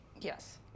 Yes